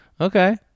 Okay